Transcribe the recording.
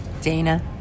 Dana